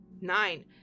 Nine